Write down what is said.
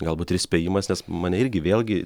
galbūt ir įspėjimas nes mane irgi vėlgi